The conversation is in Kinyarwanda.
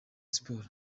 sports